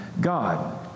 God